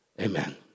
Amen